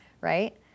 right